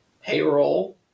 payroll